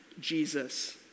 Jesus